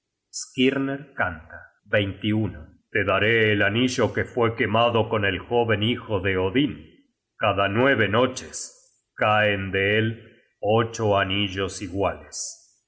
skirner canta te daré el anillo que fue quemado con el jóven hijo de odin cada nueve noches caen de él ocho anillos iguales